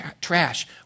trash